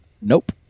nope